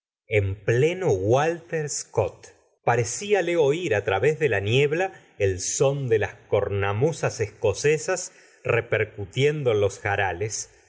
en pleno walter scott parecíale oír á través de la niebla el son de las cornamusas eseocesas repercutiendo en los jarales